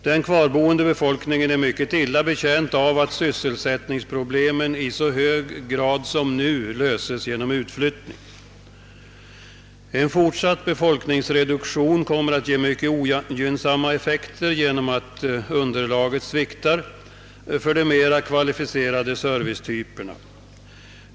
Den kvarboende befolkningen är mycket illa betjänt av att sysselsättningsproblemen i så hög grad som nu löses genom utflyttning. En fortsatt befolkningsreduktion kommer att få en mycket ogynnsam effekt genom att underlaget sviktar för de mera kvalificerade servicetyperna.